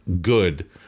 good